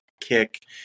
kick